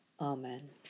Amen